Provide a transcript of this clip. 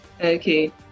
Okay